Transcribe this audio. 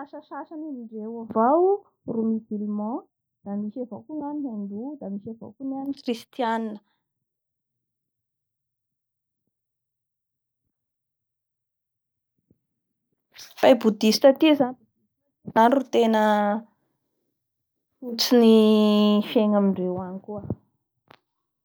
anao somary miondriky amizay.